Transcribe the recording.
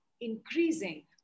increasing